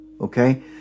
okay